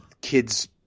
kids